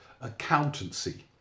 accountancy